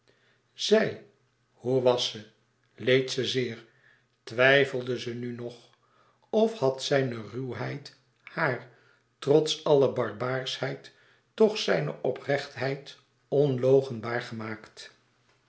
zij hoe was ze leed ze zeer twijfelde ze nu nog of had zijne ruwheid haar trots alle barbaarschheid toch zijne oprechtheid onloochenbaar gemaakt